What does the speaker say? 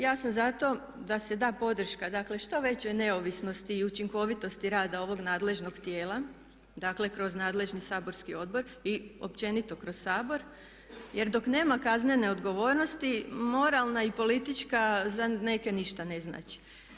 Ja sam za to da se da podrška dakle što većoj neovisnosti i učinkovitosti rada ovog nadležnog tijela, dakle kroz nadležni saborski odbor i općenito kroz Sabor, jer dok nema kaznene odgovornosti moralna i politička za neke ništa ne znači.